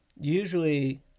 usually